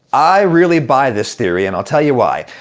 i really buy this theory, and i'll tell you why.